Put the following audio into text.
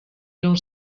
non